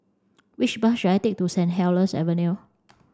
which bus should I take to Saint Helier's Avenue